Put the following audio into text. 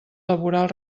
laboral